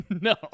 No